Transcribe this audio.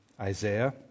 Isaiah